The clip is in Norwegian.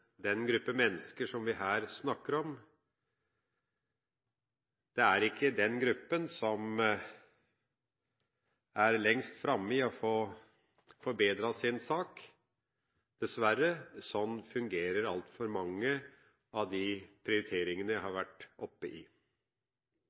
den gruppen mennesker som vi her snakker om, ikke er den gruppen som er lengst framme når det gjelder å få forbedret sin sak. Dessverre, sånn fungerer altfor mange av de prioriteringene jeg har